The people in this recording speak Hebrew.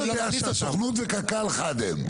אני יודע שהסוכנות וקק"ל חד הם.